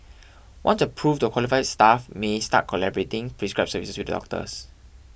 once approved the qualified staff may start collaborative prescribing services with their doctors